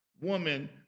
woman